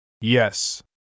yes